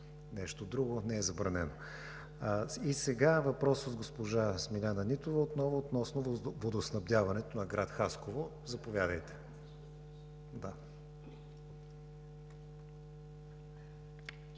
нещо друго. Не е забранено. Въпрос от госпожа Смиляна Нитова отново относно водоснабдяването на град Хасково. Заповядайте.